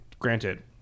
Granted